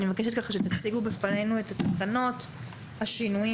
אני מבקשת שתציגו בפנינו את התקנות והשינויים